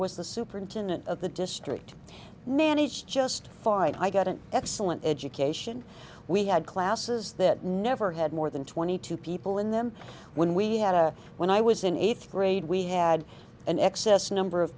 was the superintendent of the district manage just fine i got an excellent education we had classes that never had more than twenty two people in them when we had a when i was in eighth grade we had an excess number of